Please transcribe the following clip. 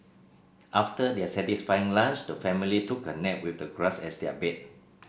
after their satisfying lunch the family took a nap with the grass as their bed